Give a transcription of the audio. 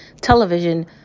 television